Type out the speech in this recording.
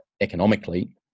economically